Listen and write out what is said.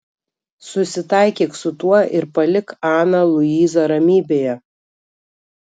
susitaikyk su tuo ir palik aną luizą ramybėje